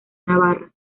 navarra